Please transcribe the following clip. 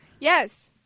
Yes